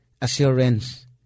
Assurance